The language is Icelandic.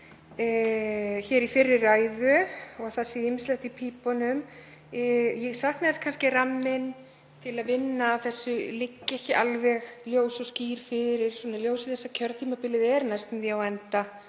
í fyrri ræðu og að það sé ýmislegt í pípunum. Ég sakna þess kannski að ramminn til að vinna að þessu liggi ekki alveg ljós og skýr fyrir í ljósi þess að kjörtímabilið er næstum því á enda.